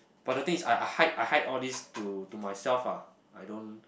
but the thing is I hide I hide all these to to myself ah I don't